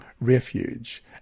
refuge